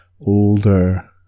older